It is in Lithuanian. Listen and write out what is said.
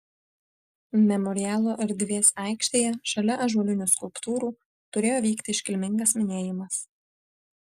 memorialo erdvės aikštėje šalia ąžuolinių skulptūrų turėjo vykti iškilmingas minėjimas